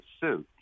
suit